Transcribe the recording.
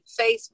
Facebook